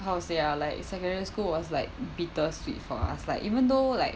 how to say ah like secondary school was like bittersweet for us like even though like